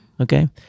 Okay